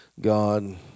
God